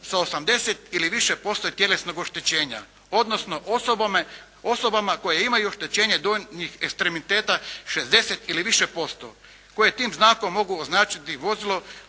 sa 80 ili više posto tjelesnog oštećenja, odnosno osobama koje imaju oštećenja donjih ekstremiteta 60 ili više posto koje tim znakom mogu označiti vozilo